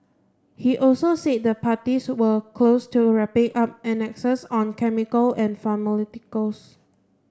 he also said the parties were close to wrapping up annexes on chemical and pharmaceuticals